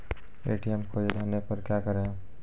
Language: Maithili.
ए.टी.एम खोजे जाने पर क्या करें?